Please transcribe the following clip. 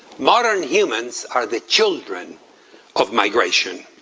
modern humans are the children of migration.